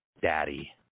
Daddy